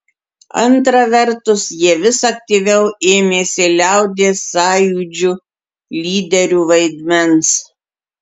antra vertus jie vis aktyviau ėmėsi liaudies sąjūdžių lyderių vaidmens